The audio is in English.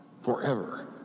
forever